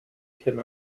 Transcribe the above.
can